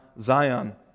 Zion